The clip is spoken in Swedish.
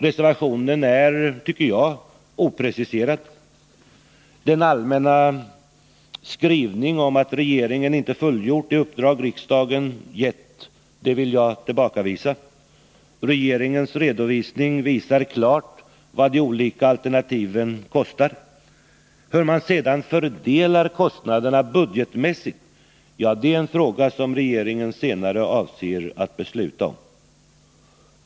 Reservationen är enligt min mening opreciserad. Den allmänna skrivningen om att regeringen inte fullgjort det uppdrag riksdagen har gett vill jag tillbakavisa. Regeringens redogörelse visar klart vad de olika alternativen kostar. Hur man sedan fördelar kostnaderna budgetmässigt är en fråga som regeringen senare avser att besluta i.